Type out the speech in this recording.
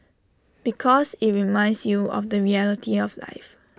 because IT reminds you of the reality of life